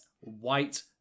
white